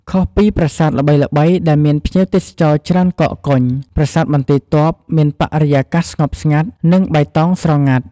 ខុសពីប្រាសាទល្បីៗដែលមានភ្ញៀវទេសចរច្រើនកកកុញ ប្រាសាទបន្ទាយទ័ពមានបរិយាកាសស្ងប់ស្ងាត់ និងបៃតងស្រងាត់។